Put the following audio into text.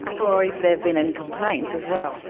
ah or if there have been any complaints as well.